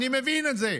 אני מבין את זה.